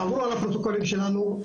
תעבור על הפרוטוקולים שלנו,